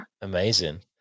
amazing